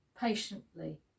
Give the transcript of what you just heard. patiently